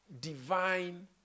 divine